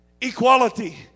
equality